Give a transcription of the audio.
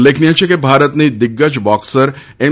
ઉલ્લેખનીય છે કે ભારતની દિગ્ગજ બોક્સર એમ